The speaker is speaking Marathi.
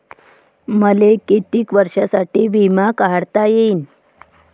मले कितीक वर्षासाठी बिमा काढता येईन?